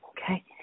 Okay